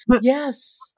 yes